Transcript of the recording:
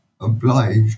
obliged